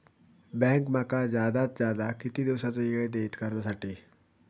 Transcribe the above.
Bank माका जादात जादा किती दिवसाचो येळ देयीत कर्जासाठी?